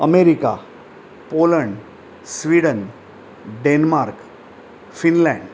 America Poland Sweden Denmark Finland